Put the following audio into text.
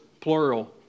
plural